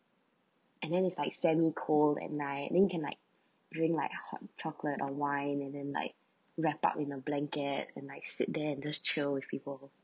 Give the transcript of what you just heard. and then it's like semi cold at night then it can like drink like a hot chocolate or wine and then like wrap up in a blanket and like sit there and just chill with people